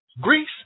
Greece